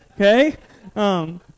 Okay